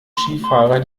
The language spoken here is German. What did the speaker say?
skifahrer